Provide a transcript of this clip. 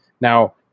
Now